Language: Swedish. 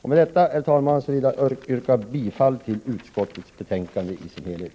Med detta, herr talman, yrkar jag bifall till utskottets hemställan i dess helhet.